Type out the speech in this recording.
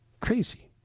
crazy